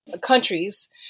countries